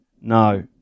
no